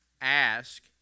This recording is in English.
ask